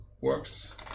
works